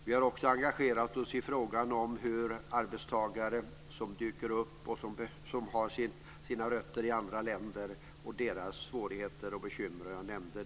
Vi har också engagerat oss i frågan om arbetstagare som har sina rötter i andra länder och deras svårigheter och bekymmer.